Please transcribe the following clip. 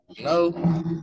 No